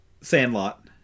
Sandlot